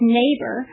neighbor